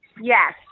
Yes